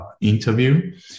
interview